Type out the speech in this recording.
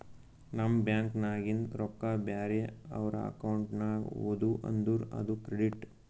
ನಮ್ ಬ್ಯಾಂಕ್ ನಾಗಿಂದ್ ರೊಕ್ಕಾ ಬ್ಯಾರೆ ಅವ್ರ ಅಕೌಂಟ್ಗ ಹೋದು ಅಂದುರ್ ಅದು ಕ್ರೆಡಿಟ್